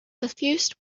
suffused